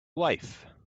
wife